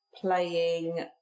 playing